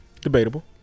debatable